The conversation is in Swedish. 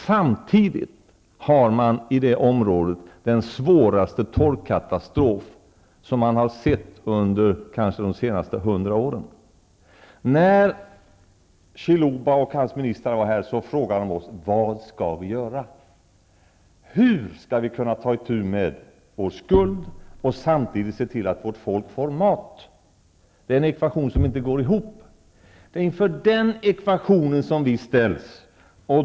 Samtidigt råder i det området den svåraste torkkatastrof man har sett under de senaste hundra åren. När Chiluba och hans ministrar var här frågade de oss vad de skulle göra. Hur skall de ta itu med skulden och samtidigt se till att folket får mat? Det är en ekvation som inte går ihop. Det är inför den ekvationen som vi ställs i Sverige.